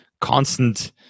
constant